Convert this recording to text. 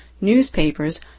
newspapers